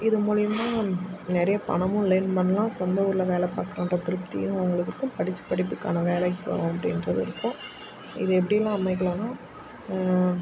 இது மூலயமா நிறைய பணமும் யேர்ன் பண்ணலாம் சொந்த ஊரில் வேலை பார்க்குறோம் திருப்தியும் இருக்கும் படித்த படிப்புக்கான வேலைக்கி போகிறோம் அப்படின்றது இருக்கும் இது எப்படிலாம் அமைக்கலானால்